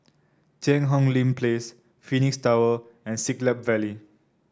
Cheang Hong Lim Place Phoenix Tower and Siglap Valley